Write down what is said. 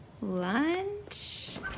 Lunch